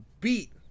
beat